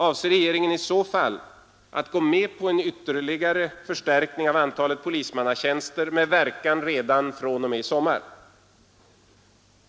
Avser regeringen i så fall att gå med på en ytterligare förstärkning av antalet polismannatjänster med verkan redan fr.o.m. i sommar?